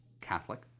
Catholic